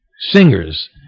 singers